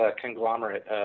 conglomerate